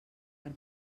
per